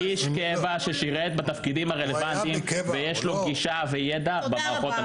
הוא איש קבע ששירת בתפקידים הרלוונטיים ויש לו גישה וידע במערכות.